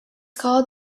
called